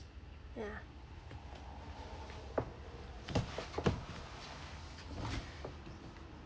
yeah